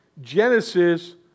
Genesis